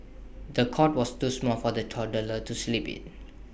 the cot was too small for the toddler to sleep in